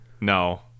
No